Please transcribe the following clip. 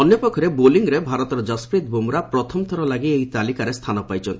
ଅନ୍ୟପକ୍ଷରେ ବୋଲିଂରେ ଭାରତର ଯଶପ୍ରୀତି ବୁମ୍ରା ପ୍ରଥମଥର ଲାଗି ଏହି ତାଲିକାରେ ସ୍ଥାନ ପାଇଛନ୍ତି